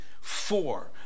four